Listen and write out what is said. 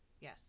Yes